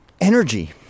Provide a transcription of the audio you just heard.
energy